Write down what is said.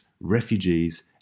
refugees